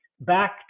back